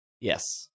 Yes